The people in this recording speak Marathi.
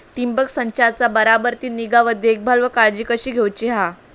ठिबक संचाचा बराबर ती निगा व देखभाल व काळजी कशी घेऊची हा?